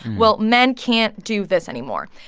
well, men can't do this anymore.